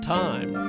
time